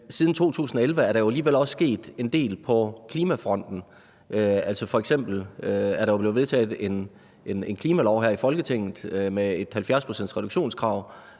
siden 2011 er der alligevel også sket en del på klimafronten, altså f.eks. er der jo blevet vedtaget en klimalov her i Folketinget med et 70-procentsreduktionskrav,